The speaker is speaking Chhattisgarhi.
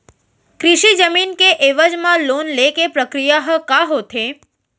कृषि जमीन के एवज म लोन ले के प्रक्रिया ह का होथे?